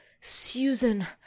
Susan